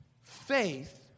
faith